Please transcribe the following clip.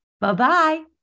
Bye-bye